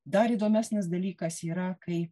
dar įdomesnis dalykas yra kai